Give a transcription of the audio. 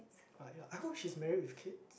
ya I hope she's married with kid